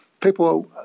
people